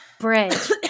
Bridge